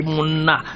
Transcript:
Muna